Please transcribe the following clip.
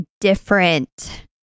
different